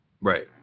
Right